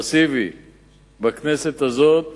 מסיבי בכנסת הזאת